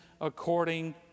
according